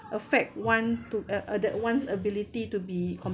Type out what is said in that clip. affect one to uh uh the one's ability to be